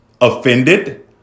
offended